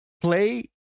Play